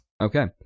Okay